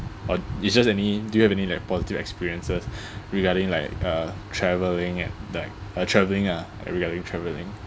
or you just any do you have any like positive experiences regarding like uh travelling and like uh travelling ah regarding travelling